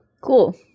Cool